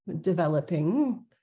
developing